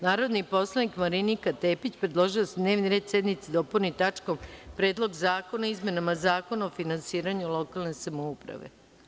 Narodni poslanik Marinika Tepić predložila je da se dnevni red sednice dopuni tačkom – Predlog zakona o izmenama Zakona o finansiranju lokalne samouprave.